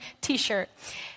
t-shirt